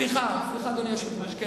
סליחה, אדוני היושב-ראש.